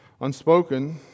unspoken